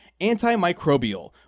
antimicrobial